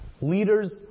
Leaders